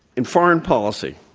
in foreign policy,